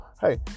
hey